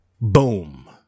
Boom